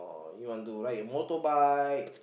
ride a motorbike